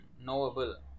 knowable